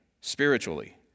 spiritually